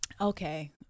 okay